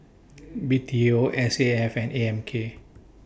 B T O S A F and A M K